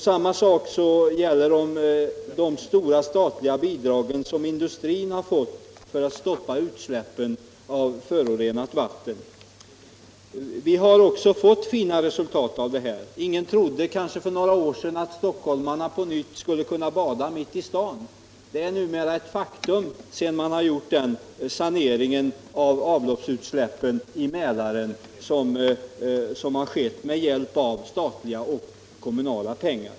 Samma sak gäller om de stora statliga bidrag som industrin fått för att stoppa utsläppen av förorenat vatten. Det har också blivit fina resultat. Ingen trodde väl för några år sedan att stockholmarna på nytt skulle kunna bada mitt i staden. Det är numera ett faktum sedan man gjort en sanering av avloppsutsläppen i Mälaren med hjälp av statliga och kommunala pengar.